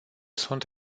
sunt